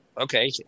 okay